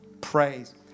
praise